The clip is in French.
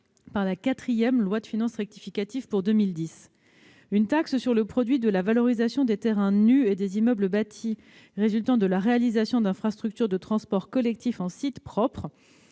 par la quatrième loi de finances rectificative pour 2010. Une taxe sur le produit de la valorisation des terrains nus et des immeubles bâtis résultant de la réalisation d'infrastructures de transports collectifs en site propre